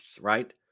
right